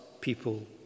people